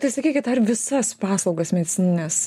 tai sakykit ar visas paslaugas medicinines